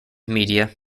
media